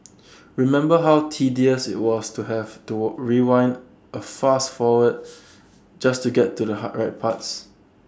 remember how tedious IT was to have to rewind A fast forward just to get to the hard right parts